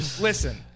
Listen